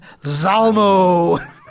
Zalmo